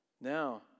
now